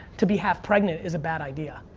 to be half pregnant is a bad idea.